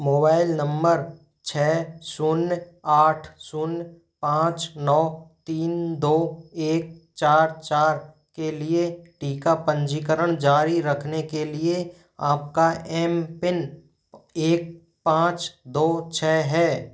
mobile number छः शून्य आठ शून्य पाँच नौ तीन दो एक चार चार के लिए टीका पंजीकरण जारी रखने के लिए आपका एम पिन एक पाँच दो छः है